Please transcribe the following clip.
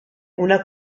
una